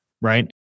right